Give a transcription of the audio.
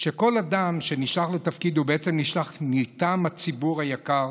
שכל אדם שנשלח לתפקיד בעצם נשלח מטעם הציבור היקר